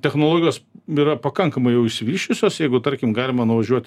technologijos yra pakankamai jau išsivysčiusios jeigu tarkim galima nuvažiuoti